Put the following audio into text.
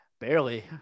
Barely